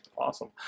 Awesome